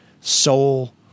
Soul